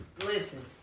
Listen